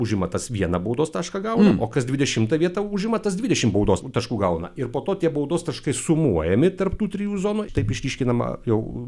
užima tas vieną baudos tašką gauna o kas dvidešimtą vietą užima tas dvidešimt baudos taškų gauna ir po to tie baudos taškai sumuojami tarp tų trijų zonų taip išryškinama jau